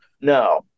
no